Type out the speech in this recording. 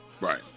Right